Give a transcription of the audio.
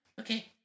Okay